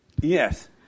Yes